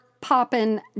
popping